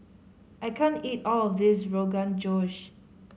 I can't eat all of this Rogan Josh